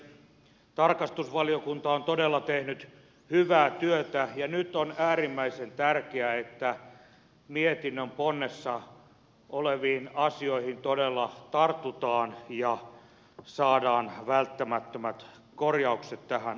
tarkastusvaliokunta on todella tehnyt hyvää työtä ja nyt on äärimmäisen tärkeää että mietinnön ponnessa oleviin asioihin todella tartutaan ja saadaan välttämättömät korjaukset tähän asiaan